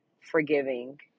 forgiving